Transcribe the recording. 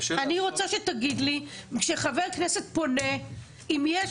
אני רוצה שתגיד לי כשחבר כנסת פונה אם יש